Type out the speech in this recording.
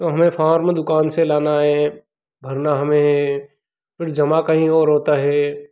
तो हमें फ़ॉर्म दुकान से लाना है भरना हमें है फिर जमा कहीं और होता है